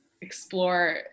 explore